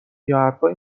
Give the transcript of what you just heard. یاحرفایی